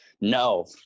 No